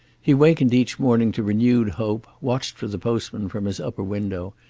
he wakened each morning to renewed hope, watched for the postman from his upper window,